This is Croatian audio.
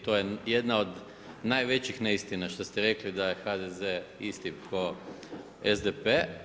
To je jedna od najvećih neistina što ste rekli da je HDZ isti ko' SDP.